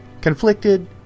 Conflicted